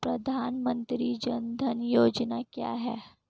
प्रधानमंत्री जन धन योजना क्या है?